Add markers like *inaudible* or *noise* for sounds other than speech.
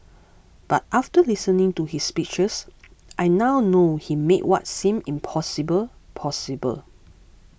but after listening to his speeches *noise* I now know he made what seemed impossible possible